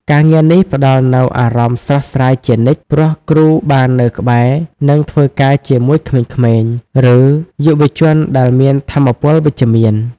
ការងារនេះផ្តល់នូវអារម្មណ៍ស្រស់ស្រាយជានិច្ច ព្រោះគ្រូបាននៅក្បែរ និងធ្វើការជាមួយក្មេងៗ ឬយុវជនដែលមានថាមពលវិជ្ជមាន។